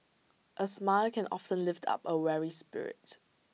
A smile can often lift up A weary spirit